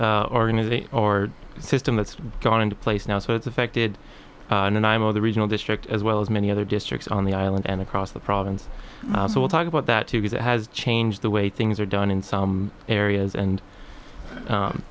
wide organization or system that's gone into place now so it's affected and i'm of the regional district as well as many other districts on the island and across the province so we'll talk about that too because it has changed the way things are done in some areas and